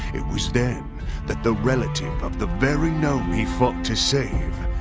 it was then that the relative of the very gnome he fought to save,